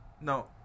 No